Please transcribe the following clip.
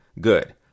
Good